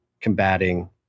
combating